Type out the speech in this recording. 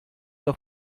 auch